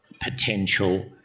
potential